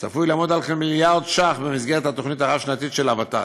צפוי לעמוד על כמיליארד שקלים במסגרת התוכנית הרב-שנתית של הוות"ת.